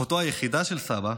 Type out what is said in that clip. אחותו היחידה של סבא,